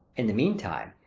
in the mean time,